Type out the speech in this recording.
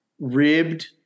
ribbed